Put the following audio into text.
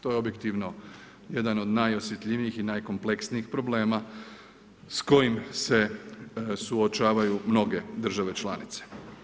To je objektivno jedan od najosjetljivijih i najkompleksnijih problema s kojim se suočavaju mnoge države članice.